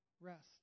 rest